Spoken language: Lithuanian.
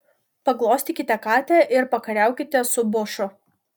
paglostykite katę ir pakariaukite su bošu